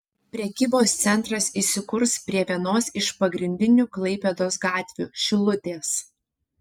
prekybos centras įsikurs prie vienos iš pagrindinių klaipėdos gatvių šilutės